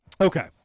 Okay